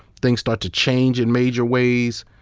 things start to change in major ways.